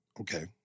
okay